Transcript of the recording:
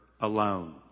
alone